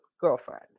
girlfriend